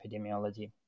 epidemiology